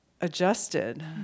adjusted